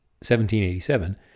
1787